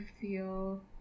feel